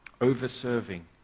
Over-serving